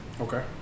Okay